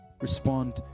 respond